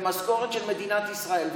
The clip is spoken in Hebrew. במשכורת של מדינת ישראל,